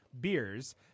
beers